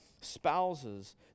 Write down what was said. spouses